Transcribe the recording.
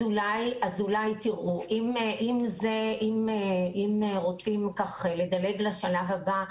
אז אולי תראו, אם רוצים לדלג לשלב הבא.